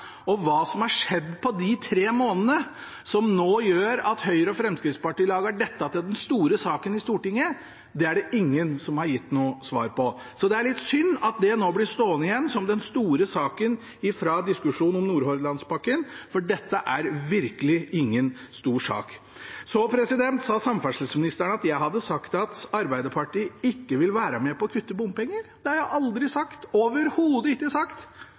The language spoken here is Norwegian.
Hva som har skjedd på de tre månedene som nå gjør at Høyre og Fremskrittspartiet lager dette til den store saken i Stortinget, er det ingen som har gitt noe svar på. Det er synd at det blir stående igjen som den store saken fra diskusjonen om Nordhordlandspakken, for dette er virkelig ingen stor sak. Samferdselsministeren sa at jeg hadde sagt at Arbeiderpartiet ikke vil være med på å kutte bompenger. Det har jeg aldri sagt – overhodet ikke.